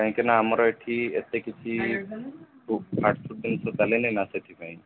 କାହିଁକିନା ଆମର ଏଠି ଏତେ କିଛି ଫୁଡ୍ ଫାଷ୍ଟ ଫୁଡ୍ ଜିନିଷ ଚାଲେ ନାହିଁ ନା ସେଥିପାଇଁ